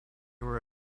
were